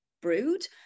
brewed